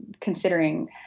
considering